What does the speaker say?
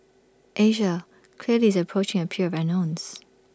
Asia clearly is approaching A period of unknowns